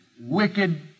wicked